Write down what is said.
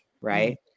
right